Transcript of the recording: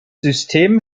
system